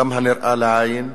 גם הנראה לעין,